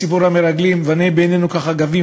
בסיפור המרגלים: ונהי בעינינו כחגבים,